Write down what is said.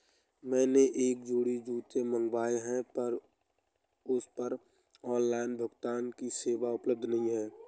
मैंने एक जोड़ी जूते मँगवाये हैं पर उस पर ऑनलाइन भुगतान की सेवा उपलब्ध नहीं है